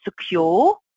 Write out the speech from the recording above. secure